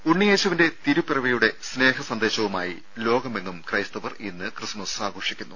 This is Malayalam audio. ഉണ്ണിയേശുവിന്റെ തിരുപ്പിറവിയുടെ സ്നേഹസന്ദേശവുമായി ലോകമെങ്ങും ക്രൈസ്തവർ ഇന്ന് ക്രിസ്മസ് ആഘോഷിക്കുന്നു